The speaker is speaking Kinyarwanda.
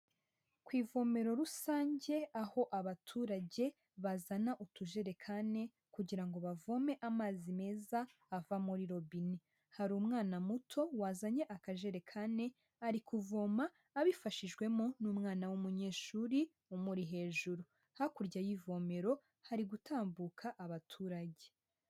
Ku ivomero rusange aho abaturage bazana utujerekani kugira ngo bavome amazi meza ava muri robine. Hari umwana muto wazanye akajerekani, ari kuvoma abifashijwemo n'umwana w'umunyeshuri umuri hejuru. Hakurya y'ivomero hari gutambuka abaturage.